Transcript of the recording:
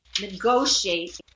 negotiate